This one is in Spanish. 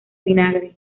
vinagre